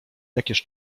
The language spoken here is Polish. jakież